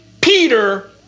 peter